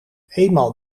eenmaal